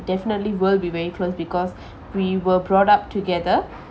definitely will be very close because we were brought up together